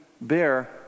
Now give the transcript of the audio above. bear